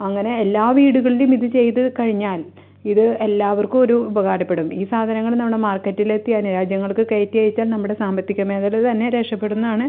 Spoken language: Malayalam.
അങ്ങനെ എല്ലാ വീടുകളിലും ഇതു ചെയ്തു കഴിഞ്ഞാൽ ഇത് എല്ലാവർക്കൊരു ഉപകാരപ്പെടും ഈ സാധനങ്ങൾ നമ്മളെ മാർക്കറ്റിലെത്തി അന്യ രാജ്യങ്ങൾക്ക് കയറ്റി അയച്ചാൽ നമ്മുടെ സാമ്പത്തിക മേഖല തന്നെ രക്ഷപ്പെടുന്നതാണ്